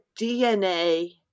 DNA